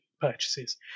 purchases